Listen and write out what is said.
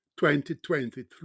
2023